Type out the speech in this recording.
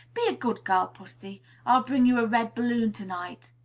be a good girl, pussy i'll bring you a red balloon to-night.